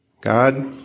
God